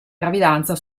gravidanza